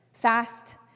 Fast